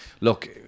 look